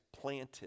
Planted